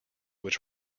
which